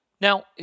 Now